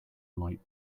light